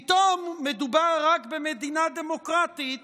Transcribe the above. פתאום מדובר רק במדינה דמוקרטית